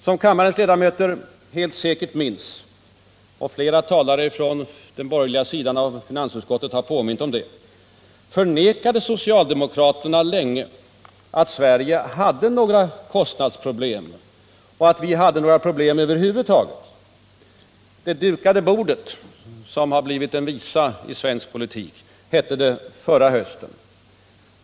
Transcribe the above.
Som kammarens ledamöter helt säkert minns — och flera talare från den borgerliga sidan av finansutskottet har påmint om det — förnekade socialdemokraterna länge att Sverige hade några kostnadsproblem och att 61 vi hade några problem över huvud taget. ”Det dukade bordet” — som har blivit en visa i svensk politik — hette det förra hösten.